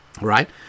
Right